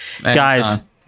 guys